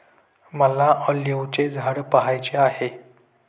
मला ऑलिव्हचे झाड पहायचे आहे